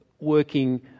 working